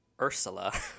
Ursula